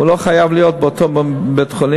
הוא לא חייב להיות באותו בית-חולים.